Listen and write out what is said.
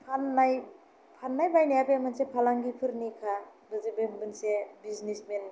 फाननाय बायनाया बे मोनसे फालांगिफोरनिखा जेनेबा बे मोनसे बिजिनेसमेन